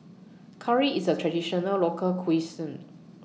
Curry IS A Traditional Local Cuisine